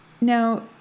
now